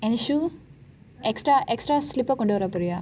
then shoe extra extra slipper கொண்டு வர போறியா:kondu vara poriya